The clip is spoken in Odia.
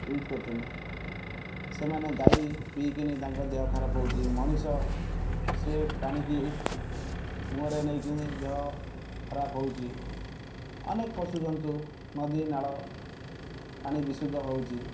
ୟ୍ୟୁଜ୍ କରୁଛନ୍ତି ସେମାନେ ଗାଈ ପିଇକିନି ତାଙ୍କ ଦେହ ଖରାପ ହେଉଛି ମଣିଷ ସେ ପାଣି କି ମୁହଁରେ ନେଇକିନି ଦେହ ଖରାପ ହେଉଛି ଅନେକ ପଶୁଜନ୍ତୁ ନଦୀ ନାଳ ପାଣି ବିଶୁଦ୍ଧ ହେଉଛି